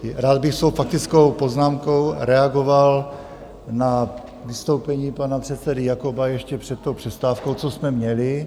Rád bych svou faktickou poznámkou reagoval na vystoupení pana předsedy Jakoba ještě před přestávkou, co jsme měli.